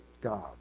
God